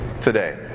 today